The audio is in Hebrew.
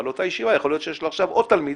אבל לאותה ישיבה יכול להיות שיש עוד תלמיד